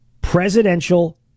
Presidential